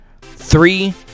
three